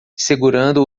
segurando